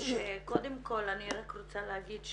קודם כל אני רוצה להגיד,